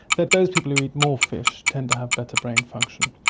that those people who eat more fish tend to have better brain function.